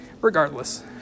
Regardless